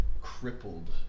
crippled